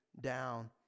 down